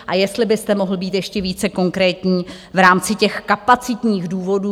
A jestli byste mohl být ještě více konkrétní v rámci těch kapacitních důvodů.